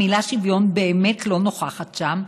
המילה "שוויון" באמת לא נוכחת שם,